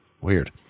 Weird